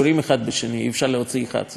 אי-אפשר להוציא אחד, צריך להוציא את כולם,